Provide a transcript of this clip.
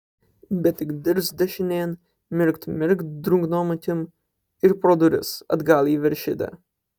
bet tik dirst dešinėn mirkt mirkt drungnom akim ir pro duris atgal į veršidę